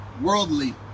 worldly